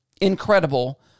incredible